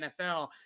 NFL